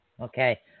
Okay